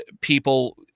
people